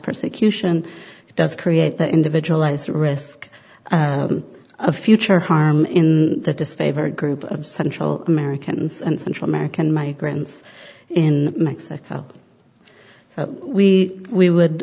persecution does create the individual lies at risk of future harm in the disfavored group of central americans and central american migrants in mexico so we we would